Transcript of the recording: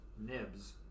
nibs